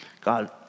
God